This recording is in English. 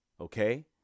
okay